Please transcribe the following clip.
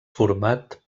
format